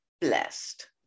blessed